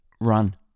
Run